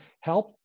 help